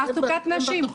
תעסוקת נשים,